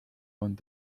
want